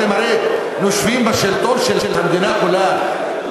אתם הרי יושבים בשלטון של המדינה כולה,